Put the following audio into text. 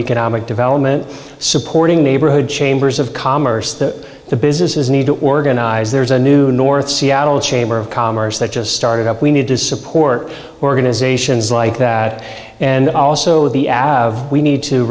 economic development supporting neighborhood chambers of commerce that the businesses need to organize there's a new north seattle chamber of commerce that just started up we need to support organizations like that and also the av we need to